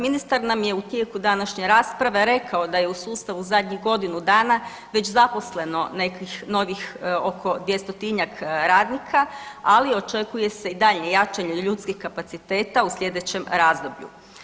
Ministar nam je u tijeku današnje rasprave rekao da je u sustavu zadnjih godinu dana već zaposleno nekih novih oko 200-tinjak radnika ali očekuje se i daljnje jačanje ljudskih kapaciteta u slijedećem razdoblju.